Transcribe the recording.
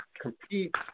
compete